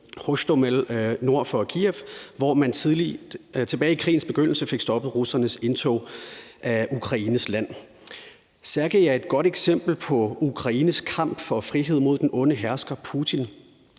Hostomel nord for Kyiv, hvor man tilbage i krigens begyndelse fik stoppet russernes indtog i Ukraines land. Sergey er et godt eksempel på Ukraines kamp for frihed mod den onde hersker Putin.